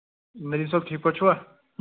نٔویٖد صٲب ٹھیٖک پٲٹھۍ چھُوا